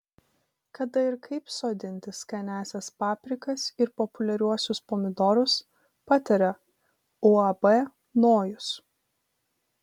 kada ir kaip sodinti skaniąsias paprikas ir populiariuosius pomidorus pataria uab nojus